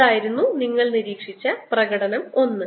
അതായിരുന്നു നിങ്ങൾ നിരീക്ഷിച്ച പ്രകടനം 1